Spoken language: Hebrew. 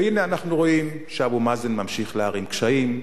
והנה אנחנו רואים שאבו מאזן ממשיך להערים קשיים,